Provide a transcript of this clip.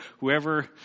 whoever